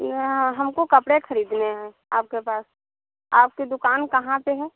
यहाँ हमको कपड़े खरीदने हैं आपके पास आपकी दुकान कहाँ पर है